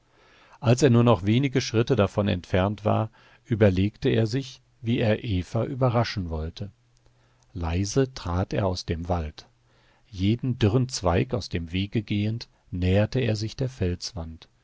als er nur noch wenige schritte davon entfernt war überlegte er sich wie er eva überraschen wollte leise trat er aus dem wald jedem dürren zweig aus dem wege gehend näherte er sich der felswand